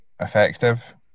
effective